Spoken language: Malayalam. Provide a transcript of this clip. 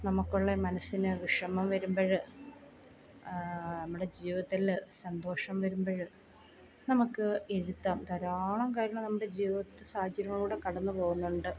നമുക്ക് ഉള്ള മനസ്സിന് വിഷമം വരുമ്പോൾ നമ്മുടെ ജീവിതത്തിൽ സന്തോഷം വരുമ്പോൾ നമുക്ക് എഴുതാം ധാരാളം കാര്യങ്ങൾ നമ്മുടെ ജീവിതത്തിൽ സാഹചര്യങ്ങളിലൂടെ കടന്ന് പോകുന്നുണ്ട്